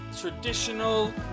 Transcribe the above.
traditional